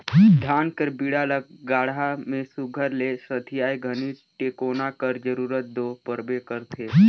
धान कर बीड़ा ल गाड़ा मे सुग्घर ले सथियाए घनी टेकोना कर जरूरत दो परबे करथे